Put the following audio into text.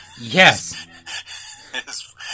Yes